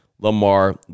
Lamar